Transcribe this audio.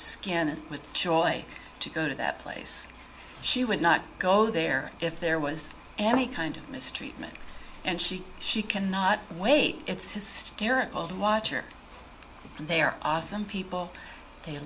skin with joy to go to that place she would not go there if there was any kind of mistreatment and she she cannot wait it's hysterical to watch or they are awesome people they